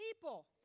people